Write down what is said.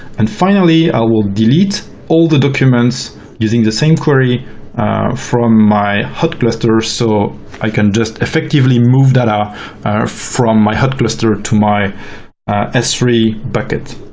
and finally, i will delete all the documents using the same query from my hot cluster so i can just effectively move data from my hard cluster ah to my s three bucket.